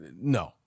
no